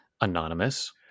anonymous